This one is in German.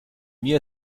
mir